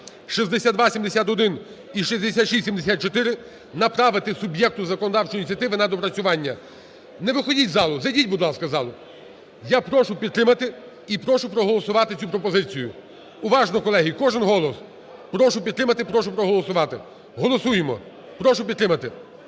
6271 і 6674 направити суб'єкту законодавчої ініціативи на доопрацювання. Не виходіть, будь ласка, зайдіть, будь ласка, в зал. Я прошу підтримати і прошу проголосувати цю пропозицію. Уважно, колеги, кожен голос, прошу підтримати, прошу проголосувати. Голосуємо. Прошу підтримати.